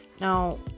Now